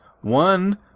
one